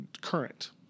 Current